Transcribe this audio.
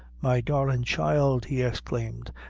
my darlin' child, he exclaimed,